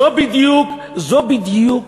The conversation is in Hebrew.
זו בדיוק, זו בדיוק